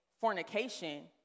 fornication